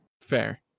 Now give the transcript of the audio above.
Fair